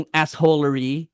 assholery